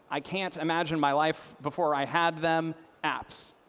i can't imagine my life before i had them apps.